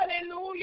hallelujah